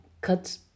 cut